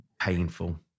painful